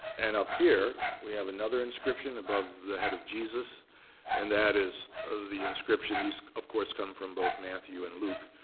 and up here, we have another inscription above the head of jesus and that is the inscription these, of course, come from both matthew and luke,